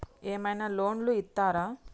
ఏమైనా లోన్లు ఇత్తరా?